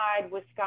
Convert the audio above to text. Wisconsin